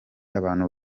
abantu